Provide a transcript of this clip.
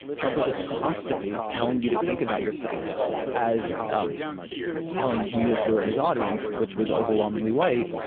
trump was just constantly telling you to think about yourself as. um telling you if you were in his audience, which was overwhelmingly white,